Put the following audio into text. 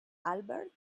albert